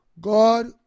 God